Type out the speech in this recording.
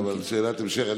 לא, שאלת המשך.